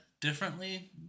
differently